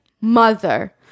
Mother